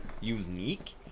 unique